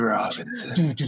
Robinson